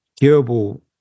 terrible